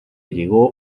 llegó